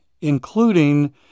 including